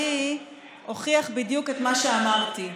לצערי הוכיח בדיוק את מה שאמרתי: